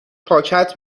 پاکت